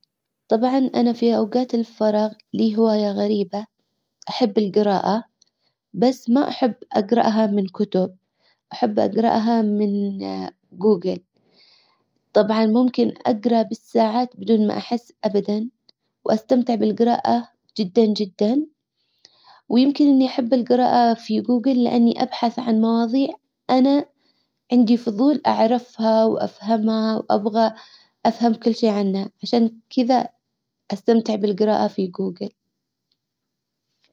طبعا انا في اوقات الفراغ لي هواية غريبة. احب القراءة بس ما احب اقرأها من كتب احب اقرأها من جوجل. طبعا ممكن اقرا بالساعات بدون ما احس ابدا. واستمتع بالجراءة جدا جدا ويمكن اللي يحب الجراءة في جوجل لاني ابحث عن مواضيع انا عندي فضول اعرفها وافهمها وابغى افهم كل شي عنها عشان كذا استمتع بالجراءة في جوجل